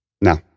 Now